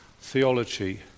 theology